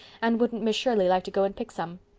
and wouldn't miss shirley like to go and pick some.